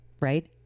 right